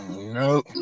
No